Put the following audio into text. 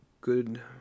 good